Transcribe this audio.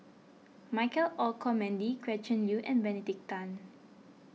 Michael Olcomendy Gretchen Liu and Benedict Tan